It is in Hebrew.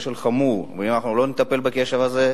ואם לא נטפל בכשל הזה,